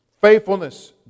faithfulness